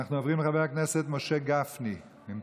אנחנו עוברים לחבר הכנסת משה גפני, לא נמצא,